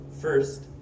First